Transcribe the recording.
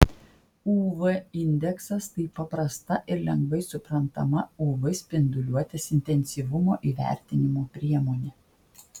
uv indeksas tai paprasta ir lengvai suprantama uv spinduliuotės intensyvumo įvertinimo priemonė